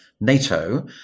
NATO